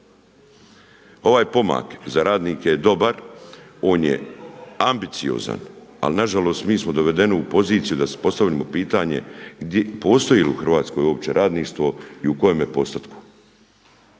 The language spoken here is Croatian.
Ovaj pomak za radnike je dobar, on je ambiciozan ali nažalost mi smo dovedeni u poziciju da si postavimo pitanje postoji li u Hrvatskoj uopće radništvo i u kojem je postotku,